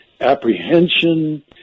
apprehension